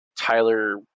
Tyler